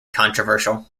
controversial